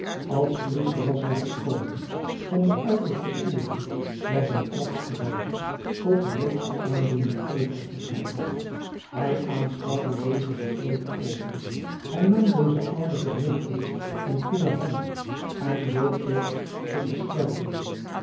als priester was hij gekomen van de uiterste koelheid was hij trapsgewijze tot de hoogste aandoening overgegaan hij aanschouwde deze gesloten oogen hij nam deze oude gerimpelde en kille hand en boog zich tot den stervende